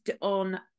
on